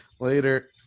Later